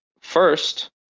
first